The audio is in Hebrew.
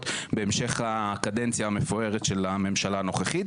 בהמשך הקדנציה המפוארת של הממשלה הנוכחית,